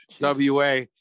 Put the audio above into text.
WA